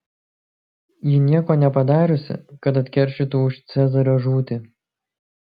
ji nieko nepadariusi kad atkeršytų už cezario žūtį